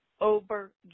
over